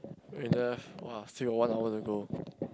we left !wah! still got one hour to go